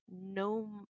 no